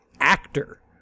actor